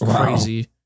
crazy